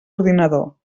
ordinador